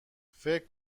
فکر